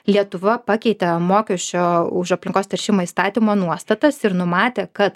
lietuva pakeitė mokesčio už aplinkos teršimą įstatymo nuostatas ir numatė kad